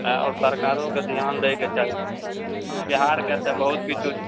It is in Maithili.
आँय आउर सरकारोके ध्यान दैके चाही बिहारके तऽ बहुत किछु